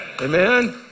Amen